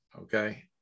okay